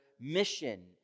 mission